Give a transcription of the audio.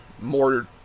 more